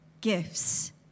gifts